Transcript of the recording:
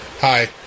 Hi